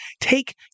take